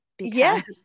Yes